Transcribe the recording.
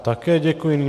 Také děkuji.